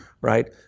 right